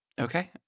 Okay